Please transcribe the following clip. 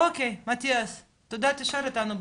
אוקיי, מטיאס תודה, תישאר איתנו בזום.